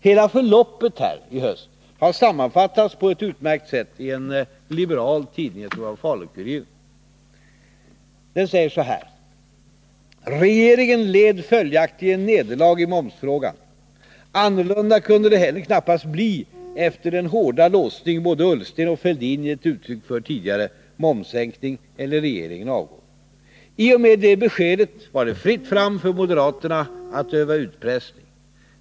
Hela förloppet i höst har sammanfattats på ett utmärkt sätt av en liberal tidning, jag tror det var Falu-Kuriren. Tidningen skriver: ”Regeringen led följaktligen nederlag i momsfrågan. Annorlunda kunde det heller knappast bli efter den hårda låsning både Ullsten och Fälldin gett uttryck för tidigare: momssänkning eller regeringen avgår. I och med det beskedet var det fritt fram för moderaterna att öva utpressning.